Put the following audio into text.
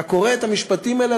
אתה קורא את המשפטים האלה,